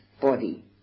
body